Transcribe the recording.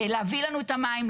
להביא לנו את המים,